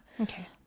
okay